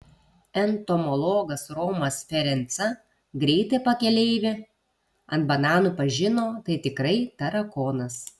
entomologas romas ferenca greitai pakeleivį ant bananų pažino tai tikrai tarakonas